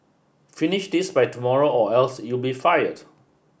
finish this by tomorrow or else you be fired